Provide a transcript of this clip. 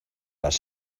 las